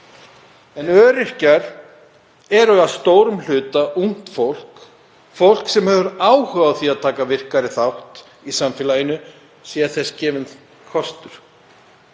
En öryrkjar eru að stórum hluta ungt fólk sem hefur áhuga á því að taka virkari þátt í samfélaginu sé þess kostur.